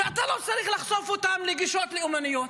ואתה לא צריך לחשוף אותם לגישות לאומניות.